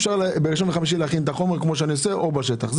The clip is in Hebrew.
אפשר בראשון וחמישי להכין את החומר כפי שאני עושה או בשטח.